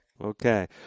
Okay